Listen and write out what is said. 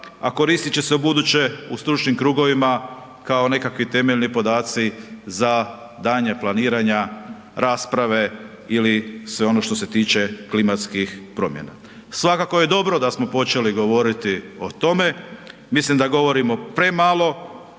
a koristi će se ubuduće u stručnim krugovima kao nekakvi temeljni podaci za daljnja planiranja, rasprave ili sve ono što se tiče klimatskih promjena. Svakako je dobro da smo počeli govoriti o tome, mislim da govorimo premalo,